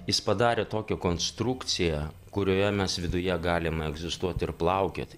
jis padarė tokią konstrukciją kurioje mes viduje galim egzistuoti ir plaukioti